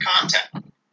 content